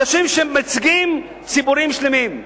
אנשים שמייצגים ציבורים שלמים: